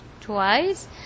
twice